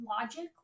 logically